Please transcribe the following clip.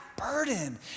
burden